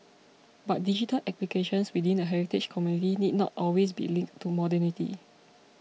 but digital applications within the heritage community need not always be linked to modernity